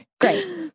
Great